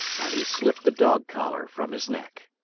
and he slipped the dog collar from his neck.